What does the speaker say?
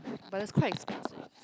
but it's quite expensive